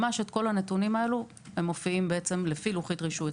כל הנתונים האלו מופיעים לפי לוחית הרישוי.